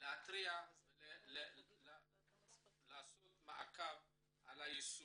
להתריע ולעשות מעקב על היישום,